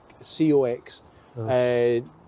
C-O-X